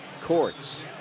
courts